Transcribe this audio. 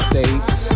States